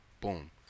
boom